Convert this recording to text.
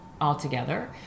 altogether